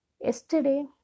Yesterday